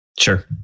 Sure